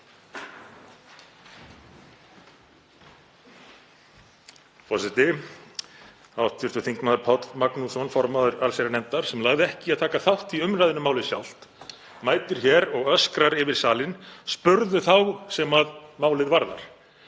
Forseti. Hv. þm. Páll Magnússon, formaður allsherjarnefndar, sem lagði ekki í að taka þátt í umræðunni um málið sjálft, mætir hér og öskrar yfir salinn: Spurðu þá sem málið varðar.